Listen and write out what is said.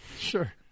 Sure